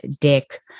Dick